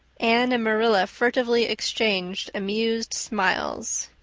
anne and marilla furtively exchanged amused smiles.